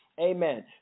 Amen